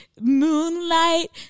Moonlight